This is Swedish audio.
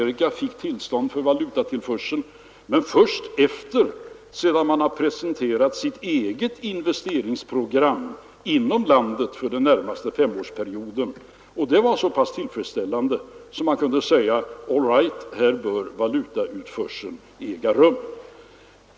Företaget fick tillstånd till valutautförsel men först efter det att man presenterat sitt eget investeringsprogram inom landet för den närmaste femårsperioden. Och det var så pass tillfredsställande att man kunde säga: All right, här bör valutautförsel äga rum.